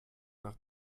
nach